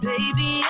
Baby